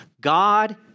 God